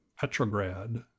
Petrograd